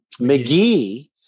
McGee